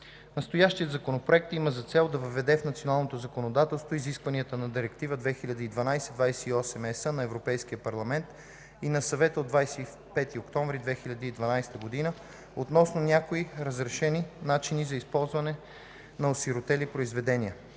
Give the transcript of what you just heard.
Настоящият Законопроект има за цел да въведе в националното законодателство изискванията на Директива 2012/28/ЕС на Европейския парламент и на Съвета от 25 октомври 2012 г. относно някои разрешени начини на използване на осиротели произведения.